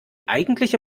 eigentliche